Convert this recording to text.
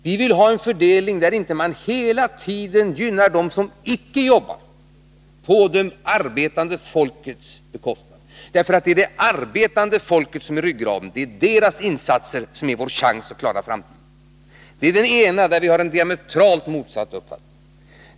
Vi vill ha en fördelning, där man inte på det arbetande folkets bekostnad hela tiden gynnar dem som inte jobbar. Det är nämligen det arbetande folket som är ryggraden. Det är dess insatser som ger oss en chans att klara framtiden. Det är den ena punkten där vi har en diametralt motsatt uppfattning.